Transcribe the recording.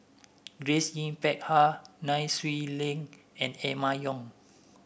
Grace Yin Peck Ha Nai Swee Leng and Emma Yong